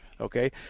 Okay